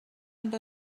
amb